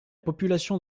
population